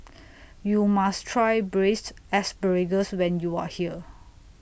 YOU must Try Braised Asparagus when YOU Are here